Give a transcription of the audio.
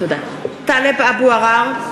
(קוראת בשמות חברי הכנסת) טלב אבו עראר,